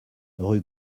rue